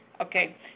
Okay